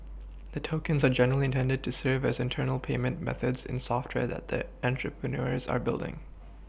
the tokens are generally intended to serve as internal payment methods in software that the entrepreneurs are building